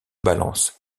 balance